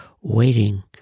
waiting